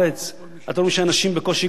אתם לא רואים שאנשים בקושי גומרים את החודש,